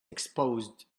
exposed